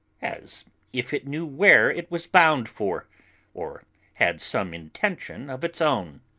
as if it knew where it was bound for or had some intention of its own.